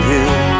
Hill